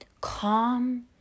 calm